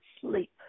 sleep